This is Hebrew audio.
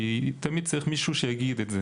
כי תמיד צריך מישהו שיגיד את זה